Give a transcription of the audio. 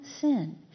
sin